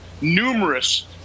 numerous